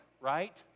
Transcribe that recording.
right